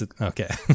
Okay